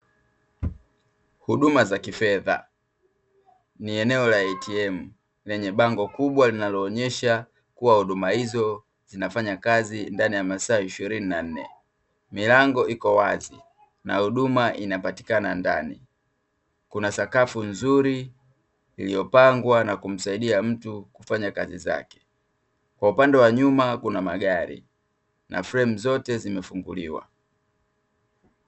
Huduma za kifedha. Ni eneo la ATM, lenye bango kubwa linaloonyesha kuwa huduma hizo zinafanya kazi ndani ya masaa ishirini na nne, milango iko wazi na huduma inapatikana ndani kuna sakafu nzuri iliyopangwa na kumsaidia mtu kufanya kazi zake. Kwa upande wanyuma kuna magari na fremu zote zimefunguliwa.